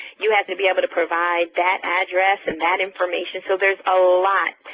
you have to be able to provide that address and that information, so there's a lot.